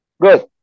Good